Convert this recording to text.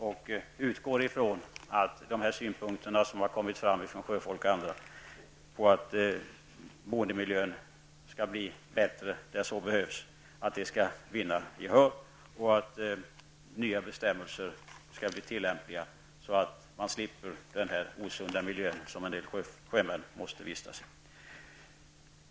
Jag utgår från att synpunkterna som har kommit fram från sjöfolk och andra om boendemiljön skall vinna gehör. Nya bestämmelser skall bli tillämpliga så att man slipper den osunda miljö som en del sjömän måste vistas i.